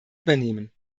übernehmen